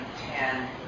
ten